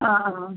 ആ ആ ആ